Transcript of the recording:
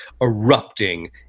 erupting